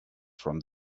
from